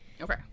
Okay